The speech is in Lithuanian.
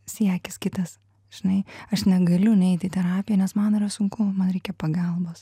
siekis kitas žinai aš negaliu neiti į terapiją nes man yra sunku man reikia pagalbos